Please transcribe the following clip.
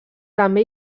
també